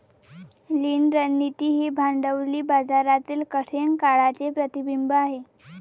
लीन रणनीती ही भांडवली बाजारातील कठीण काळाचे प्रतिबिंब आहे